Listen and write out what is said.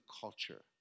culture